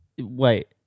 Wait